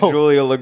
Julia